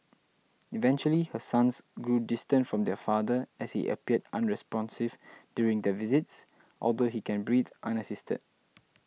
eventually her sons grew distant from their father as he appeared unresponsive during their visits although he can breathe unassisted